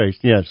yes